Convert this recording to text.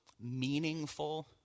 meaningful